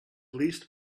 least